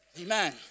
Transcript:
Amen